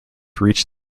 reached